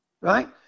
Right